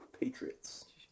Patriots